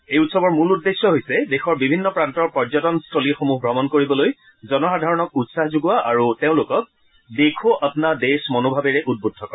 এই উৎসৱৰ মূল উদ্দেশ্যে হৈছে দেশৰ বিভিন্ন প্ৰান্তৰ পৰ্যটনস্থলীসমূহ ভ্ৰমণ কৰিবলৈ জনসাধাৰণক উৎসাহ যোগোৱা আৰু তেওঁলোকক দেখো অপনা দেশ মনোভাৱেৰে উদ্বুদ্ধ কৰা